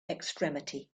extremity